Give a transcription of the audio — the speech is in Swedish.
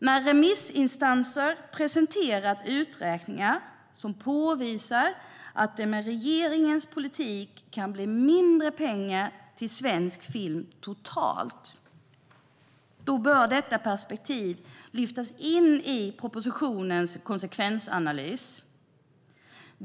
När remissinstanser har presenterat uträkningar som påvisar att det med regeringens politik kan bli mindre pengar till svensk film totalt bör detta perspektiv lyftas in i propositionens konsekvensanalys.